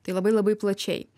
tai labai labai plačiai